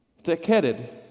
thick-headed